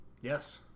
Yes